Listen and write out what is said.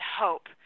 hope